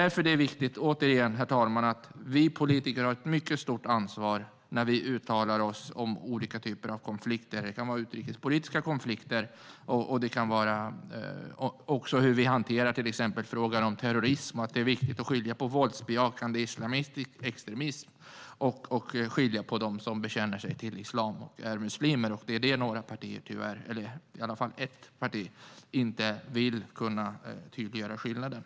Därför har vi politiker ett mycket stort ansvar när vi uttalar oss om olika typer av konflikter. Det kan gälla utrikespolitiska konflikter och hur vi hanterar till exempel frågan om terrorism. Det är viktigt att skilja på våldsbejakande islamistisk extremism och dem som bekänner sig till islam och är muslimer. Det är i alla fall ett parti som medvetet inte vill tydliggöra skillnaden.